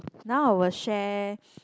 now I will share